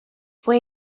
fue